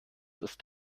ist